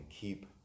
keep